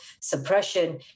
suppression